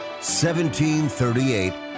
1738